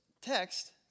text